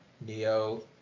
Neo